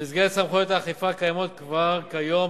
במסגרת סמכויות האכיפה הקיימות כבר כיום,